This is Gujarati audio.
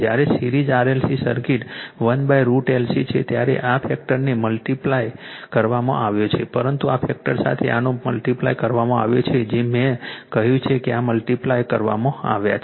જ્યારે સિરીઝ RLC સર્કિટ 1√LC છે ત્યારે આ ફેક્ટરને મલ્ટીપ્લાય કરવામાં આવ્યો છે પરંતુ આ ફેક્ટર સાથે આનો મલ્ટીપ્લાય કરવામાં આવ્યો છે જે મેં કહ્યું છે કે આ મલ્ટીપ્લાય કરવામાં આવ્યા છે